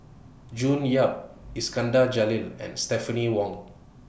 June Yap Iskandar Jalil and Stephanie Wong